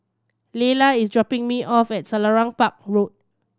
Laylah is dropping me off at Selarang Park Road